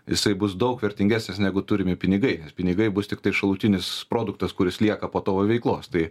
jisai bus daug vertingesnis negu turimi pinigai nes pinigai bus tiktai šalutinis produktas kuris lieka po tavo veiklos tai